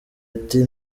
ati